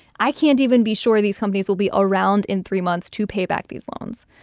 i can't even be sure these companies will be around in three months to pay back these loans.